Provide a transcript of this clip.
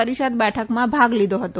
પરિષદ બેઠકમાં ભાગ લીધો હતો